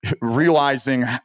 realizing